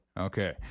Okay